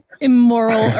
Immoral